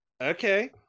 okay